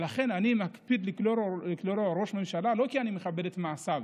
ולכן אני מקפיד לקרוא לו "ראש ממשלה" לא כי אני מכבד את מעשיו